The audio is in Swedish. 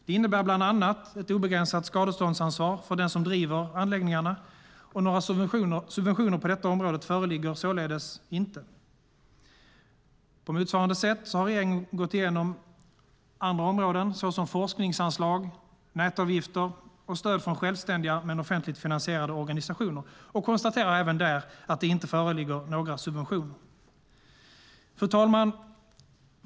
Det innebär bland annat ett obegränsat skadeståndsansvar för den som driver kärntekniska anläggningar. Några subventioner på detta område föreligger således inte. På motsvarande sätt har regeringen gått igenom andra områden, såsom forskningsanslag, nätavgifter och stöd från självständiga men offentligt finansierade organisationer, och konstaterar även där att det inte föreligger några subventioner. Fru talman!